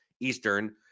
Eastern